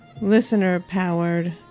Listener-powered